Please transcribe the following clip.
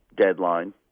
deadline